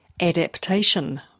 adaptation